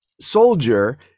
soldier